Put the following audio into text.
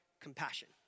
compassion